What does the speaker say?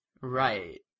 Right